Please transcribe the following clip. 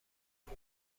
اون